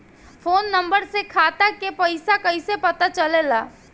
Phone number से खाता के पइसा कईसे पता चलेला?